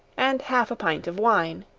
and half a pint of wine.